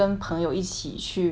国外留学这样子